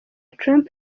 trump